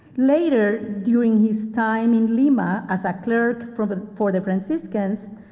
later, during his time in lima as a clerk for the for the franciscans,